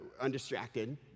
undistracted